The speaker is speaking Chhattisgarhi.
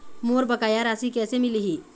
मोर बकाया राशि कैसे मिलही?